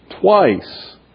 twice